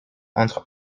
entre